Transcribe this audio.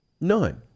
None